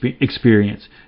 experience